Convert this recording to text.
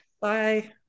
Bye